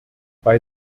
bei